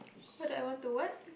what I want to what